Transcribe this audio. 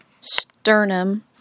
sternum